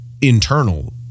internal